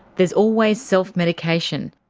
there's always self-medication.